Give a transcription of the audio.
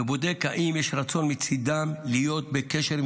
ובודקים אם יש רצון מצידם להיות בקשר עם